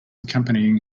accompanying